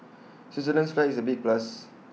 Switzerland's flag is A big plus